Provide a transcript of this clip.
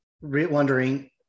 wondering